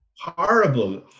horrible